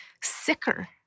sicker